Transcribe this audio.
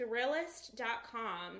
Thrillist.com